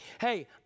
Hey